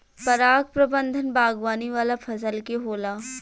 पराग प्रबंधन बागवानी वाला फसल के होला